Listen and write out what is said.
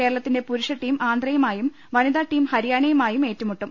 കേരളത്തിന്റെ പുരുഷ ടീം ആന്ധ്രയുമായും വനിതാ ടീം ഹരിയാനയുമായും ഏറ്റു മുട്ടും